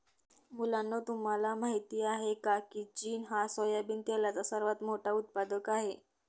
मुलांनो तुम्हाला माहित आहे का, की चीन हा सोयाबिन तेलाचा सर्वात मोठा उत्पादक आहे